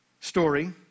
story